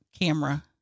camera